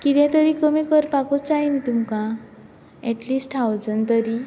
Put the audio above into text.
कितें तरी कमी करपाकूच जाय न्ही तुमकां एटलिश्ट थावजंड तरी